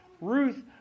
Ruth